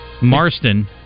Marston